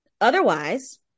Otherwise